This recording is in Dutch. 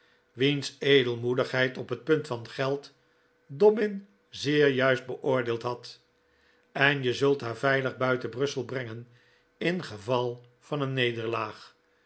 wiens edelmoedighcid op het punt van geld dobbin zeer juist beoordeeld had en je zult haar veilig buiten brussel brengen in geval van een nederlaag